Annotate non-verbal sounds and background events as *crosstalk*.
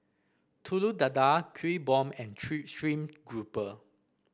Telur Dadah Kuih Bom and *unintelligible* stream grouper